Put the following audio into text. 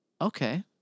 Okay